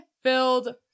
filled